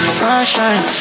sunshine